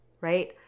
right